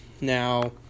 Now